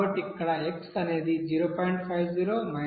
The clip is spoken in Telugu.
కాబట్టి ఇక్కడ x అనేది 0